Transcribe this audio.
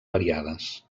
variades